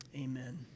Amen